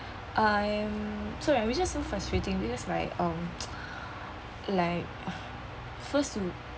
I'm sorry we just so frustrating because like um like first to